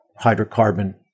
hydrocarbon